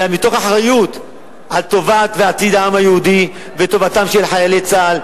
אלא מתוך אחריות לטובת ולעתיד העם היהודי ולטובתם של חיילי צה"ל,